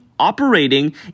operating